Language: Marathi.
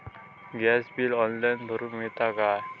गॅस बिल ऑनलाइन भरुक मिळता काय?